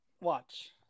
Watch